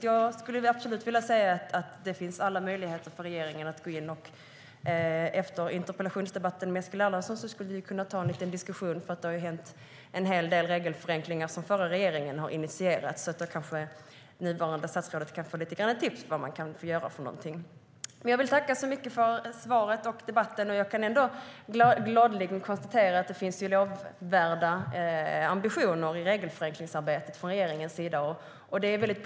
Jag skulle absolut vilja säga att det finns alla möjligheter för regeringen att gå in. Efter interpellationsdebatten med Eskil Erlandsson skulle vi kunna ta en liten diskussion, för det har skett en hel del regelförenklingar som den förra regeringen har initierat. Det nuvarande statsrådet kanske kan få lite tips om vad man kan göra för någonting. Jag vill tacka så mycket för svaret och debatten. Jag är glad att kunna konstatera att det finns lovvärda ambitioner i regelförenklingsarbetet från regeringens sida. Det är positivt.